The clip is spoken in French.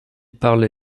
parle